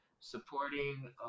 supporting